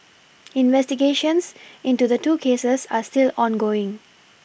investigations into the two cases are still ongoing